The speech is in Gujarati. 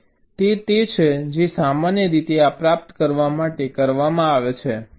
અને તે તે છે જે સામાન્ય રીતે આ પ્રાપ્ત કરવા માટે કરવામાં આવે છે